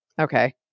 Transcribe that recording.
Okay